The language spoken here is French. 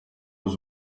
aux